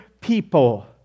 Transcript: people